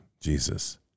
Jesus